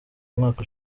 umwaka